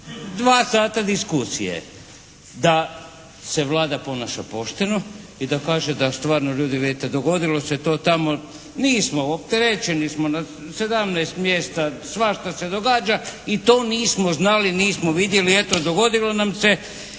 u 2 sata diskusije da se Vlada ponaša pošteno i da kaže da stvarno ljudi vidite dogodilo se to tamo, nismo, opterećeni smo na 17 mjesta svašta se događa i to nismo znali, nismo vidjeli, eto dogodilo nam se